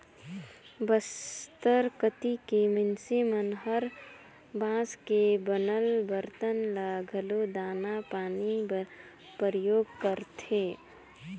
बस्तर कति के मइनसे मन हर बांस के बनल बरतन ल घलो दाना पानी बर परियोग करथे